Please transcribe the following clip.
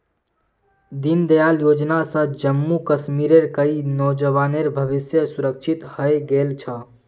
दीनदयाल योजना स जम्मू कश्मीरेर कई नौजवानेर भविष्य सुरक्षित हइ गेल छ